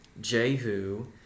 Jehu